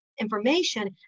information